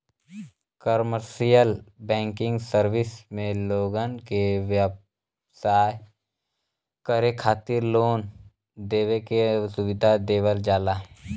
commercial banking service में लोगन के व्यवसाय करे खातिर लोन देवे के सुविधा देवल जाला